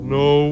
no